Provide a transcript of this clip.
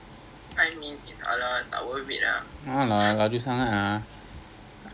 ya don't have their have eco adventure but I don't think there is kayak